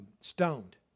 stoned